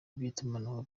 by’itumanaho